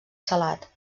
salat